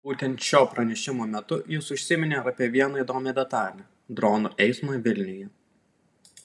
būtent šio pranešimo metu jis užsiminė ir apie vieną įdomią detalę dronų eismą vilniuje